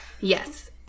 Yes